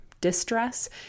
distress